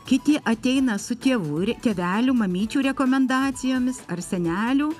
kiti ateina su tėvų ir tėvelių mamyčių rekomendacijomis ar senelių